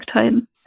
time